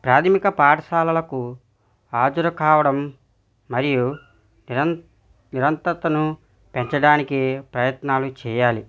ప్రాథమిక పాఠశాలలకు హాజరు కావడం మరియు నిరం నిరంతతను పెంచడానికి ప్రయత్నాలు చెయ్యాలి